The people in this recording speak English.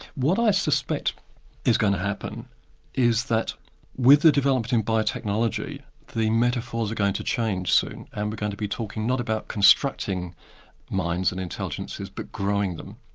what i suspect is going to happen is that with the development in biotechnology the metaphors are going to change soon, and we're but going to be talking not about constructing minds and intelligences, but growing them.